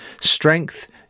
strength